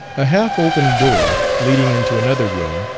a half-open door, leading into another room,